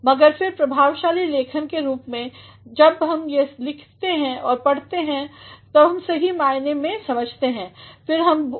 मगर फिर प्रभावशाली लेखन के रूप में जब हम लिख रहे हैं हमें देखना चहिए कि हम सही वाक्य लिखें